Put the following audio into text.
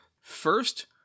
first